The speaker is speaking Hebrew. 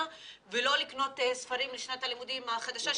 ולא לקנות ספרים לשנת הלימודים החדשה,